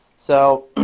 so